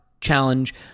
challenge